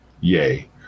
yay